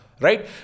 Right